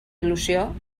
il·lusió